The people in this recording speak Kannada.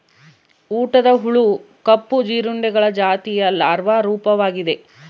ಊಟದ ಹುಳು ಕಪ್ಪು ಜೀರುಂಡೆಗಳ ಜಾತಿಯ ಲಾರ್ವಾ ರೂಪವಾಗಿದೆ